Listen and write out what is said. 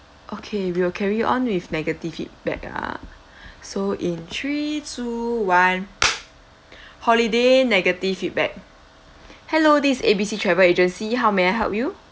okay we will carry on with negative feedback ah so in three two one holiday negative feedback hello this A B C travel agency how may I help you